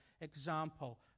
example